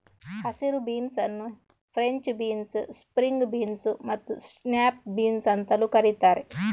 ಹಸಿರು ಬೀನ್ಸ್ ಅನ್ನು French beans, string beans ಮತ್ತು ಸ್ನ್ಯಾಪ್ ಬೀನ್ಸ್ ಅಂತಲೂ ಕರೀತಾರೆ